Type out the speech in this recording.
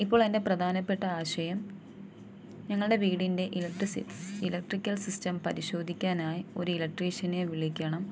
ഇപ്പോൾ എൻ്റെ പ്രധാനപ്പെട്ട ആശയം ഞങ്ങളുടെ വീടിൻ്റെ ഇലക്ട്രിസി ഇലക്ട്രിക്കൽ സിസ്റ്റം പരിശോധിക്കാനായി ഒരു ഇലക്ട്രീഷനെ വിളിക്കണം